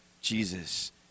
Jesus